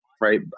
right